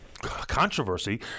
controversy